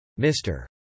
Mr